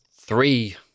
three